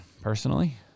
personally